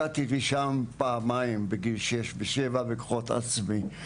הגעתי לשם פעמיים בגיל שש ושבע, בכוחות עצמי,